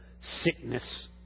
sickness